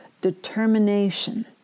determination